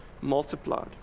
multiplied